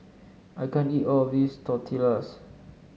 I can't eat all of this Tortillas